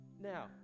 Now